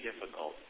Difficult